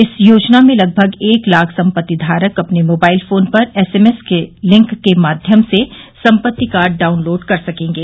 इस योजना में लगभग एक लाख संपत्ति धारक अपने मोबाइल फोन पर एस एम एस लिंक के माध्यम से संपत्ति कार्ड डाउनलोड कर सकेंगे